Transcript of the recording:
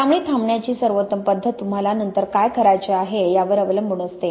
त्यामुळे थांबण्याची सर्वोत्तम पद्धत तुम्हाला नंतर काय करायचे आहे यावर अवलंबून असते